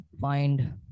find